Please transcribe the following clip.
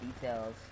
details